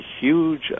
huge